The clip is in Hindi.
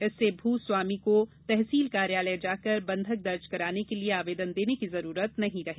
इससे भूमि स्वामी को तहसील कार्यालय जाकर बंधक दर्ज कराने के लिये आवेदन देने की जरूरत नहीं रहेगी